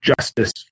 justice